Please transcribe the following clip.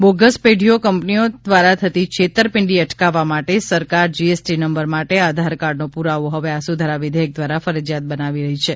bogus પેઢીઓ કંપનીઓ દ્વારા થતી છેતરપિંડી અટકાવવા માટે સરકાર જીએસટી નંબર માટે આધારકાર્ડનો પુરાવો હવે આ સુધારા વિધેયક દ્વારા ફરજિયાત બનાવી છે